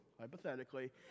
hypothetically